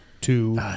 Two